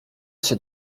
się